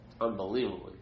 unbelievably